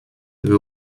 you